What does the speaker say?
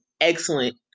excellent